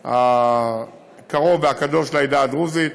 האתר הקרוב והקדוש לעדה הדרוזית,